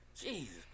Jesus